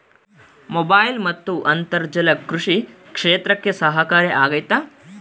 Mobile ಮತ್ತು ಅಂತರ್ಜಾಲ ಕೃಷಿ ಕ್ಷೇತ್ರಕ್ಕೆ ಸಹಕಾರಿ ಆಗ್ತೈತಾ?